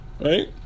Right